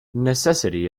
necessity